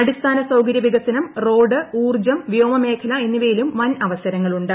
അടിസ്ഥാന സൌകരൃ വികസനം റോഡ് ഊർജ്ജം വ്യോമ മേഖല എന്നിവയിലും വൻ അവസരങ്ങൾ ഉണ്ട്